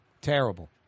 Terrible